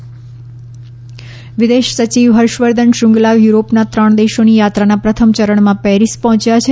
વિદેશ સચિવ યુરો વિદેશ સચિવ હર્ષવર્ધન શ્રંગલા યુરોપના ત્રણ દેશોની યાત્રાના પ્રથમ ચરણમાં પેરિસ પહોંચ્યા છે